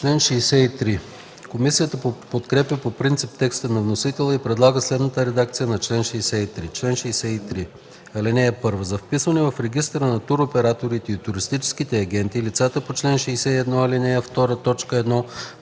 БОЙЧЕВ: Комисията подкрепя по принцип текста на вносителя и предлага следната редакция на чл. 63: „Чл. 63. (1) За вписване в регистъра на туроператорите и туристическите агенти лицата по чл. 61, ал. 2,